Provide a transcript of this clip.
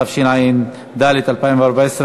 התשע"ד 2014,